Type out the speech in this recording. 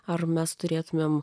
ar mes turėtumėm